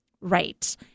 right